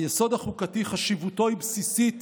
היסוד החוקתי, חשיבותו היא בסיסית